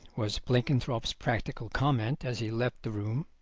was blenkinthrope's practical comment as he left the room.